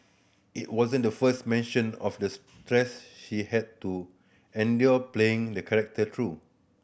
it wasn't the first mention of the stress she had to endure playing the character though